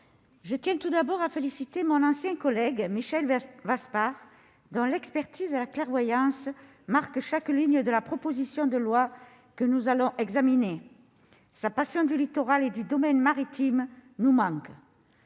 je tiens tout d'abord à féliciter mon ancien collègue Michel Vaspart, dont l'expertise et la clairvoyance imprègnent chaque ligne de la proposition de loi que nous allons examiner. Sa passion du littoral et du domaine maritime nous manque